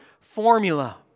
formula